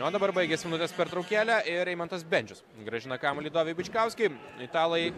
o dabar baigėsi minutės pertraukėlė ir eimantas bendžius grąžina kamuolį doviui bičkauskiui italai